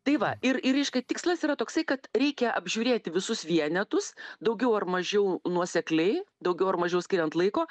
tai va ir ir reiškia tikslas yra toksai kad reikia apžiūrėti visus vienetus daugiau ar mažiau nuosekliai daugiau ar mažiau skiriant laiko